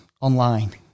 online